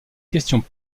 questions